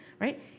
right